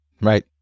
Right